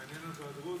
מעניין אותו הדרוזים?